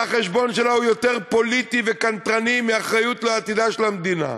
והחשבון שלה הוא יותר פוליטי וקנטרני מאחריות לעתידה של המדינה.